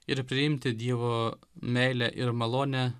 ir priimti dievo meilę ir malonę